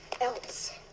else